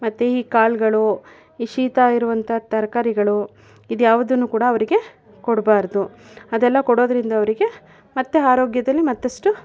ಮತ್ತು ಈ ಕಾಳುಗಳು ಈ ಶೀತ ಆಗಿರುವಂಥ ತರಕಾರಿಗಳು ಇದು ಯಾವ್ದನ್ನು ಕೂಡ ಅವರಿಗೆ ಕೊಡಬಾರ್ದು ಅದೆಲ್ಲ ಕೊಡೋದರಿಂದ ಅವರಿಗೆ ಮತ್ತು ಆರೋಗ್ಯದಲ್ಲಿ ಮತ್ತಷ್ಟು